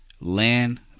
land